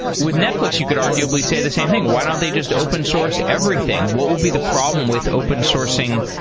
with netflix, you could arguably say the same thing, why don't they just open source everything? what would be the problem with open sourcing?